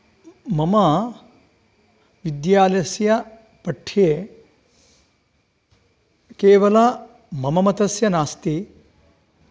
मम विद्यालयस्य पठ्ये केवलं मम मतस्य नास्ति